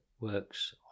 works